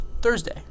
Thursday